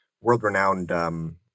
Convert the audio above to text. world-renowned